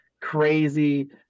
crazy